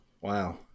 Wow